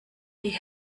die